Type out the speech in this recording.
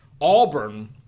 Auburn